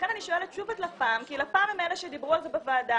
לכן אני שואלת שוב את לפ"ם כי לפ"ם הם אלה שדיברו על זה בוועדה